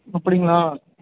அப்படிங்ளா